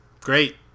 great